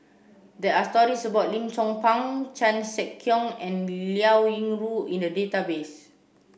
there are stories about Lim Chong Pang Chan Sek Keong and Liao Yingru in the database